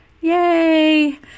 Yay